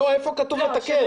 לא, איפה כתוב לתקן?